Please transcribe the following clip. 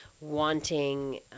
wanting